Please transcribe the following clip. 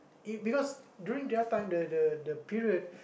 it because during their time the the the period